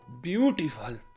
beautiful